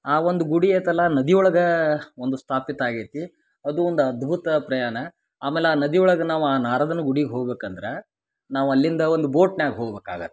ಆ ಒಂದು ಗುಡಿ ಐತಲ್ಲ ನದಿ ಒಳಗ ಒಂದು ಸ್ಥಾಪಿತ ಆಗೈತಿ ಅದು ಒಂದು ಅದ್ಭುತ ಪ್ರಯಾಣ ಆಮೇಲೆ ಆ ನದಿ ಒಳಗೆ ನಾವು ಆ ನಾರದನ ಗುಡಿಗೆ ಹೋಗ್ಬೇಕು ಅಂದ್ರ ನಾವಲ್ಲಿಂದ ಒಂದು ಬೋಟ್ನ್ಯಾಗ್ ಹೋಗ್ಬೇಕಾಗತ್ತೆ